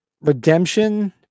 redemption